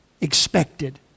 expected